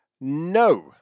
No